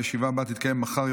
הישיבה הבאה תתקיים מחר,